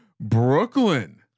Brooklyn